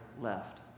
left